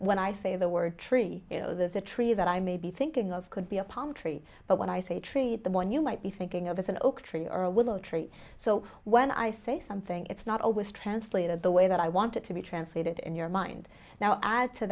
when i say the word tree you know the tree that i may be thinking of could be a palm tree but when i say treat the one you might be thinking of as an oak tree or a willow tree so when i say something it's not always translated the way that i want it to be translated in your mind now add to